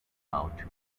out